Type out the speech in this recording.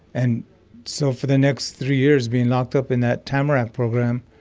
and so for the next three years being locked up in that tamrat program,